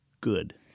good